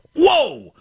Whoa